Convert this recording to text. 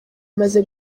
imaze